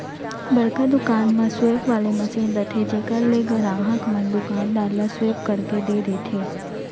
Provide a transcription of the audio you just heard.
बड़का दुकान म स्वेप वाले मसीन रथे जेकर ले गराहक मन दुकानदार ल स्वेप करके दे देथे